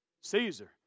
Caesar